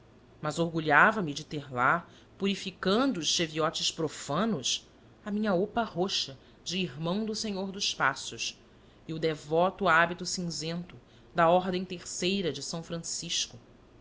mas orgulhava me de ter lá purificando os cheviotes profanos a minha opa roxa de irmão do senhor dos passos e o devoto hábito cinzento da ordem terceira de são francisco